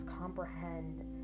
comprehend